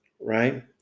right